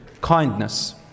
kindness